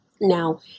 Now